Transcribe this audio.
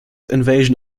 invasion